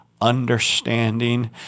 understanding